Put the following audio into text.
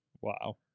wow